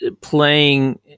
playing